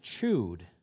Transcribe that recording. chewed